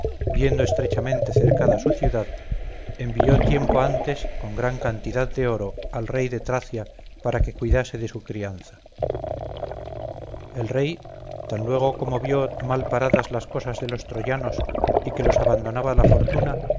viendo estrechamente cercada su ciudad envió tiempo antes con gran cantidad de oro al rey de tracia para que cuidase de su crianza el rey tan luego como vio mal paradas las cosas de los troyanos y que los abandonaba la fortuna